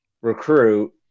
recruit